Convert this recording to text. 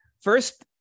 first